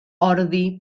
ordi